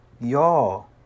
Y'all